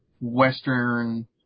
Western